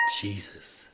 Jesus